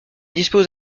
dispose